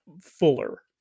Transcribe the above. fuller